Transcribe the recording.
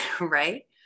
right